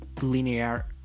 linear